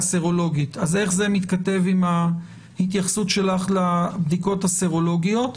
סרולוגית והשאלה איך זה מתכתב עם ההתייחסות שלך לבדיקות הסרולוגיות.